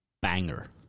banger